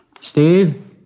Steve